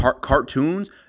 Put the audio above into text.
cartoons